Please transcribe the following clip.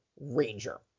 ranger